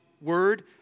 word